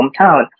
hometown